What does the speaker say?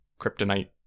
kryptonite